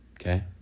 Okay